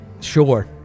Sure